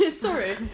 Sorry